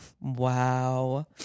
Wow